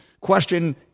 question